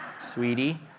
sweetie